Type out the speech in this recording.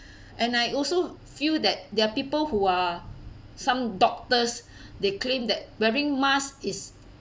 and I also feel that there are people who are some doctors they claim that wearing mask is